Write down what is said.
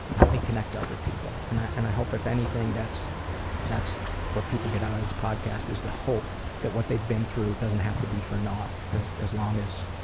help me connect to other people and i and i hope, if anything, that's that's what people get out of this podcast is the hope that what they've been through doesn't have to be for naught, as as long as